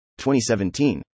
2017